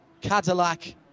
Cadillac